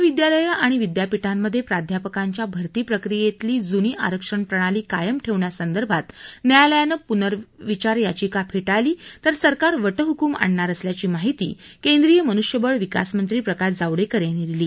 महाविद्यालयं आणि विद्यापीठांमध्ये प्राध्यापकांच्या भर्ती प्रक्रियेतलं जुनी आरक्षण प्रणाली कायम ठेवण्यासंदर्भात न्यायालयानं प्नर्विचार याचिका फेटाळली तर सरकार वटहुकूम आणणार असल्याची माहिती केंद्रीय मनृष्यबळ विकास मंत्री प्रकाश जावडेकर यांनी दिली